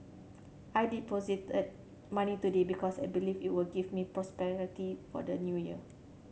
I deposited money today because I believe it will give me prosperity for the New Year